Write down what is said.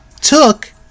took